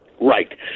right